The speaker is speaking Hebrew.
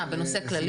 מה, בנושא כללי?